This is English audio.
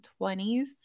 20s